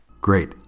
Great